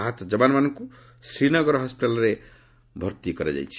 ଆହତ ଯବାନମାନଙ୍କୁ ଶ୍ରୀନଗର ହସ୍କିଟାଲ୍ରେ ଭର୍ତ୍ତି କରାଯାଇଛି